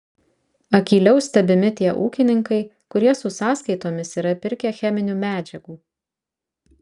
akyliau stebimi tie ūkininkai kurie su sąskaitomis yra pirkę cheminių medžiagų